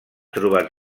trobat